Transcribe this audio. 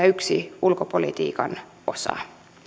yksi ulkopolitiikan osa